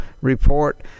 report